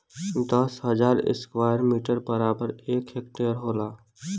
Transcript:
दस हजार square metre बराबर एक हेक्टेयर होला